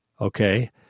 Okay